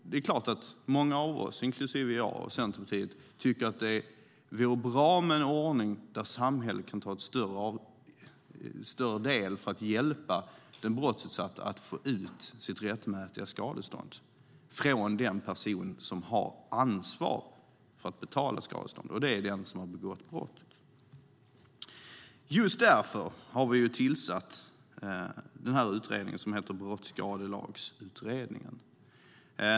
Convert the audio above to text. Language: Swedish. Det är klart att många av oss, inklusive jag och Centerpartiet, tycker att det vore bra med en ordning där samhället kan ta en större del i att hjälpa den brottsutsatta att få ut sitt rättmätiga skadestånd från den person som har ansvar för att betala skadeståndet, alltså den som har begått brottet. Just därför har vi tillsatt den utredning som heter Brottsskadelagsutredningen.